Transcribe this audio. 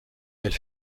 elle